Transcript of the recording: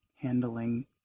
handling